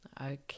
okay